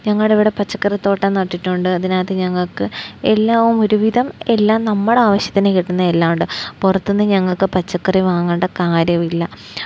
ഞങ്ങളുടെ ഇവിടെ പച്ചക്കറിത്തോട്ടം നട്ടിട്ടുണ്ട് അതിനകത്ത് ഞങ്ങൾക്ക് എല്ലാം ഒരുവിധമെല്ലാം നമ്മുടെ ആവശ്യത്തിന് കിട്ടുന്നതെല്ലാമുണ്ട് പുറത്തുനിന്ന് ഞങ്ങൾക്ക് പച്ചക്കറി വാങ്ങേണ്ട കാര്യമില്ല